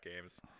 Games